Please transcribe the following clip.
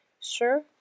Sure